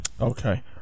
Okay